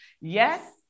Yes